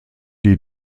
die